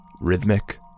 rhythmic